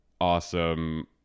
awesome